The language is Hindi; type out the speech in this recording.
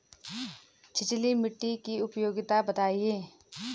छिछली मिट्टी की उपयोगिता बतायें?